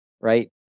Right